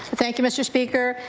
thank you, mr. speaker.